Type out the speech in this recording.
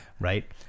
Right